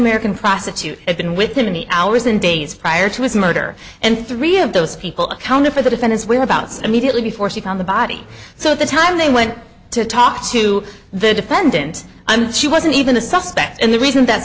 american prostitute had been with him in the hours and days prior to his murder and three of those people accounted for the defend his whereabouts immediately before she found the body so the time they went to talk to the defendant she wasn't even a suspect and the reason that